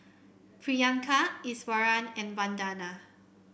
Priyanka Iswaran and Vandana